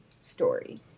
story